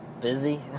Busy